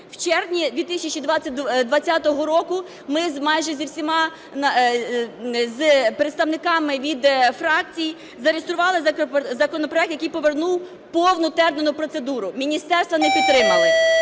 В червні 2020 року ми майже зі всіма, з представниками від фракцій зареєстрували законопроект, який повернув повну тендерну процедуру, міністерства не підтримали.